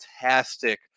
fantastic